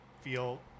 feel